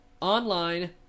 online